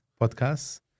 podcast